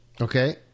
Okay